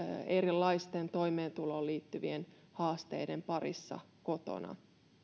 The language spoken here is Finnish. erilaisten toimeentuloon liittyvien haasteiden parissa kotona